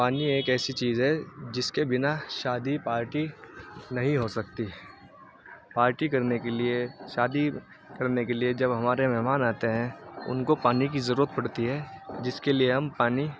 پانی ایک ایسی چیز ہے جس کے بنا شادی پارٹی نہیں ہو سکتی پارٹی کرنے کے لیے شادی کرنے کے لیے جب ہمارے مہمان آتے ہیں ان کو پانی کی ضرورت پڑتی ہے جس کے لیے ہم پانی